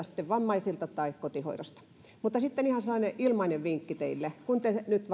sitten vammaisilta tai kotihoidosta sitten ihan semmoinen ilmainen vinkki teille kun te nyt